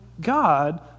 God